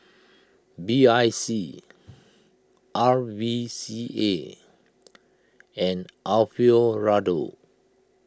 B I C R V C A and Alfio Raldo